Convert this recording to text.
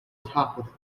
top